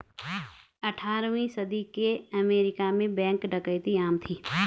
अठारहवीं सदी के अमेरिका में बैंक डकैती आम थी